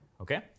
okay